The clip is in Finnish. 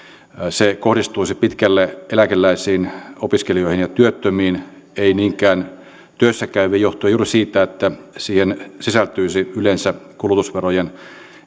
se kohdistuisi pitkälle eläkeläisiin opiskelijoihin ja työttömiin ei niinkään työssäkäyviin johtuen juuri siitä että siihen sisältyisi yleensä kulutusverojen